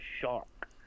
Shark